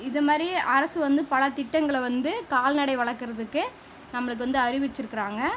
இத மாரி அரசு வந்து பல திட்டங்களை வந்து கால்நடை வளர்க்கறதுக்கு நம்மளுக்கு வந்து அறிவிச்சுருக்கிறாங்க